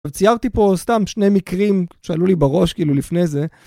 וציירתי פה סתם שני מקרים שעלו לי בראש כאילו לפני זה.